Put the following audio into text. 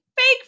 Fake